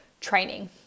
training